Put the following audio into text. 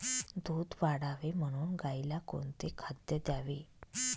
दूध वाढावे म्हणून गाईला कोणते खाद्य द्यावे?